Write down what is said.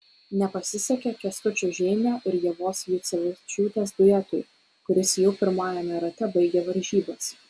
nepasisekė kęstučio žeimio ir ievos jucevičiūtės duetui kuris jau pirmajame rate baigė varžybas